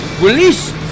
release